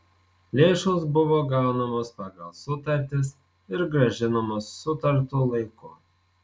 lėšos buvo gaunamos pagal sutartis ir grąžinamos sutartu laiku